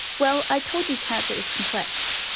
well, i told you cancer is complex,